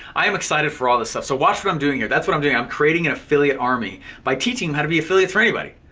i am excited for all this stuff. so watch what i'm doing here, that's what i'm doing, i'm creating an affiliate army, by teaching them how to be affiliates for anybody.